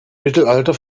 mittelalter